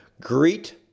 greet